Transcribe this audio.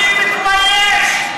אני מתבייש,